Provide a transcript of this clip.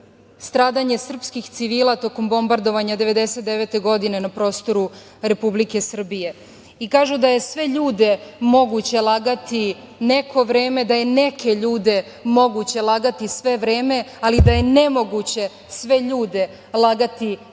stradanje srpskih civila tokom bombardovanja 1999. godine na prostoru Republike Srbije. Kažu da je sve ljude moguće lagati neko vreme, da je neke ljude moguće lagati sve vreme, ali da je nemoguće sve ljude lagati sve